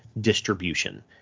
distribution